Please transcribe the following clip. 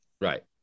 Right